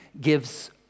gives